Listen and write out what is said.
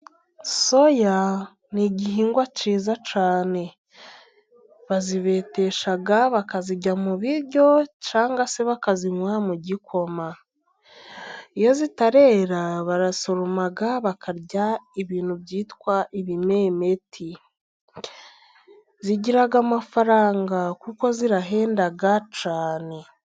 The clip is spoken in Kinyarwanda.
Soya n'igihingwa cyiza cyane. Barazibetesha bakazirya mu biryo， cyangwa se bakazinywa mu gikoma. Iyo zitarera barasoroma，bakarya ibintu byitwa ibimemeti，zigira amafaranga， kuko zirahenda cyane.